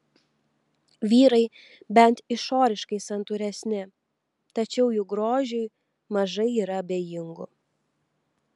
vyrai bent išoriškai santūresni tačiau juk grožiui mažai yra abejingų